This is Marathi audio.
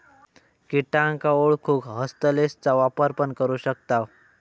किटांका ओळखूक हस्तलेंसचा वापर पण करू शकताव